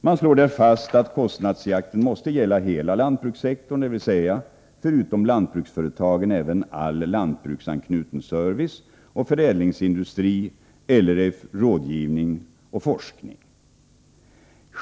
Man slår där fast att kostnadsjakten måste gälla hela lantbrukssektorn, dvs. förutom lantbruksföretagen även all lantbruksanknuten service och förädlingsindustri, LRF, rådgivning och forskning.